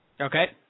Okay